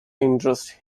interest